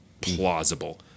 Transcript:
plausible